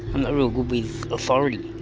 and real good with authority.